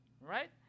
Right